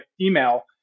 email